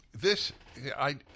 this—I—